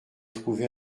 trouvé